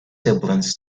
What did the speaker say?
siblings